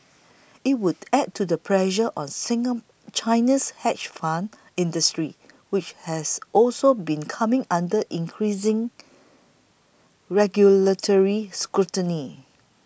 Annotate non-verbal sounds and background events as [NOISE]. it would add to the pressure on [UNINTELLIGIBLE] China's hedge fund industry which has also been coming under increasing regulatory scrutiny